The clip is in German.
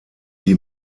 die